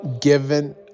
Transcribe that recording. given